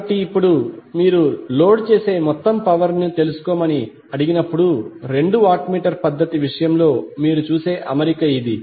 కాబట్టి ఇప్పుడు మీరు లోడ్ చేసే మొత్తం పవర్ ని తెలుసుకోమని అడిగినప్పుడు రెండు వాట్ మీటర్ పద్ధతి విషయంలో మీరు చూసే అమరిక ఇది